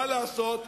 מה לעשות,